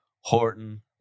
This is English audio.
Horton